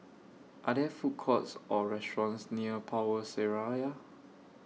Are There Food Courts Or restaurants near Power Seraya